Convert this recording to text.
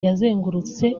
yazengurutse